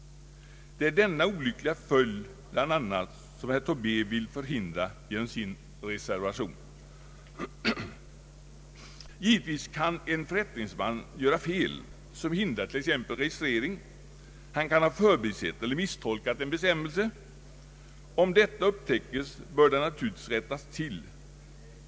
Det är bl.a. denna olyckliga följd som herr Tobé vill förhindra genom sin reservation. Givetvis kan en förrättningsman göra fel, som hindrar t.ex. registrering; han kan ha förbisett eller misstolkat en bestämmelse. Om detta upptäckes bör det naturligtvis rättas till.